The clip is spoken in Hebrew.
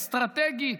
אסטרטגית,